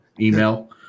email